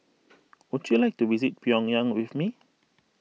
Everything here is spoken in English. would you like to visit Pyongyang with me